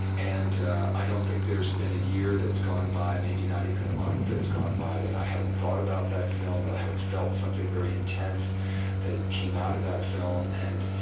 and i don't think there's been a year that's gone by, maybe not even a month that's gone by that i haven't thought about that film, that i haven't felt something very intense that came out of that film. and